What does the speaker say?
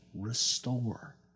restore